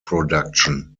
production